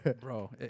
Bro